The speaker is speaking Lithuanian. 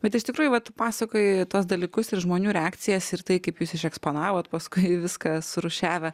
bet iš tikrųjų va tu pasakoji tuos dalykus ir žmonių reakcijas ir tai kaip jūs iš eksponavot paskui viską surūšiavę